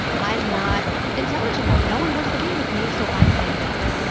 i'm not intelligent enough. no one wants to be with me so i'm going to get the,